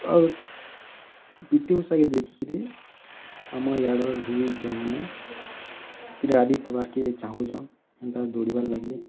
ଆଉ P T Usha କେ ଦେଖିକିରି ଆମ ଇଆଡ଼ର ବି ଝିଅ ମାନେ କେ ଚାଁହୁଛନ୍ ଏନ୍ତା ଦୌଡ଼ିବାର୍ ଲାଗି